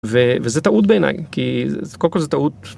וזה טעות בעיניי כי קודם כל זה טעות.